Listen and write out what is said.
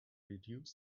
reduced